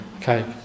Okay